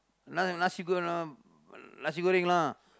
na~ nasi-goreng ah nasi-goreng lah